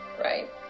Right